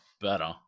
better